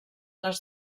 les